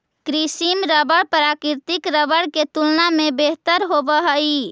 कृत्रिम रबर प्राकृतिक रबर के तुलना में बेहतर होवऽ हई